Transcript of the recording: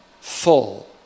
Full